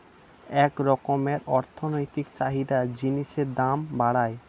এক রকমের অর্থনৈতিক চাহিদা জিনিসের দাম বাড়ায়